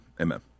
amen